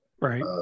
Right